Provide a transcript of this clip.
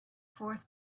fourth